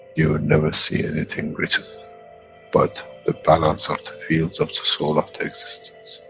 you will never see anything written but the balance of the fields of the soul of the existence.